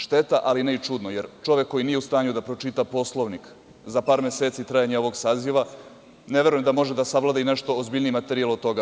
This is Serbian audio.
Šteta, ali ne i čudno, jer čovek koji nije u stanju da pročita Poslovnik za par meseci trajanja ovog saziva ne verujem da može da savlada i nešto ozbiljniji materijal od toga.